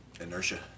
inertia